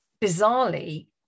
bizarrely